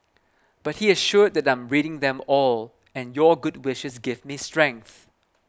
but he assured that I'm reading them all and your good wishes give me strength